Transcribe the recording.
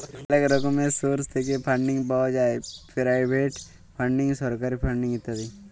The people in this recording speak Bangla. অলেক রকমের সোর্স থ্যাইকে ফাল্ডিং পাউয়া যায় পেরাইভেট ফাল্ডিং, সরকারি ফাল্ডিং ইত্যাদি